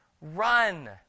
run